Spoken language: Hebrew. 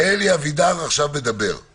אלי אבידר עכשיו מדבר.